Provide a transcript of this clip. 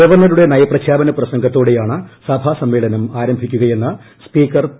ഗവർണ്ണറുടെ നയപ്രഖ്യാപന പ്രസംഗത്തോടെയാണ് സഭാ സമ്മേളനം ആരംഭിക്കുകയെന്ന് സ്പീക്കർ പി